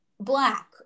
Black